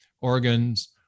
organs